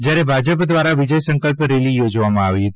જયારે ભાજપ દ્વારા વિજય સંકલ્પ રેલી યોજવામાં આવી હતી